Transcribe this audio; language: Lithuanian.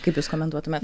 kaip jūs komentuotumėt